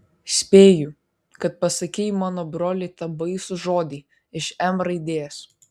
spėju kad pasakei mano broliui tą baisų žodį iš m raidės